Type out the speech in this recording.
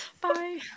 Bye